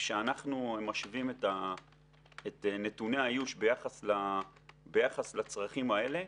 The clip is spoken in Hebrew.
כשאנחנו משווים את נתוני האיוש ביחס לצרכים האלה,